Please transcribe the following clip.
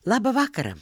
labą vakarą